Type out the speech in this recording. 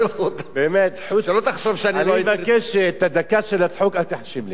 אני אבקש, את הדקה של הצחוק אל תחשיב לי.